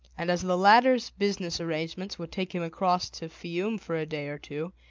and as the latter's business arrangements would take him across to fiume for a day or two,